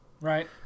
right